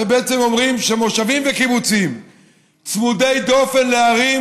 ובעצם אומרים שמושבים וקיבוצים צמודי דופן לערים,